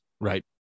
Right